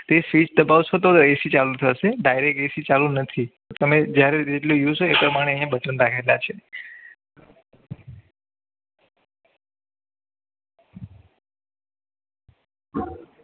તે સ્વિચ દબાવશો તો એસી ચાલુ થશે ડાયરેક્ટ એસી ચાલુ નથી તમે જ્યારે યુઝ હોય એ પ્રમાણે બટન રાખેલા છે